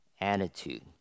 attitude